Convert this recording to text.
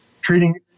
treating